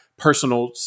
Personal